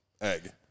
egg